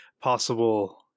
possible